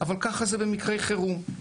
אבל ככה זה במקרי חירום.